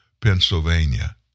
Pennsylvania